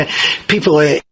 people